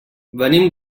venim